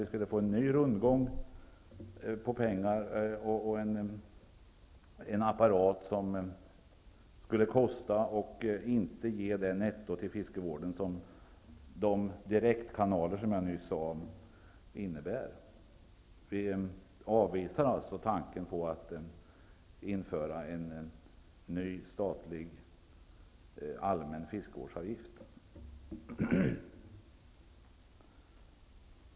Vi skulle få en ny rundgång på pengar och en apparat som skulle kosta och inte ge det netto till fiskevården som de direktkanaler som jag nyss nämnde innebär. Vi avvisar alltså tanken på att införa en ny statlig allmän fiskevårdsavgift.